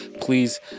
please